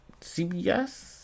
CBS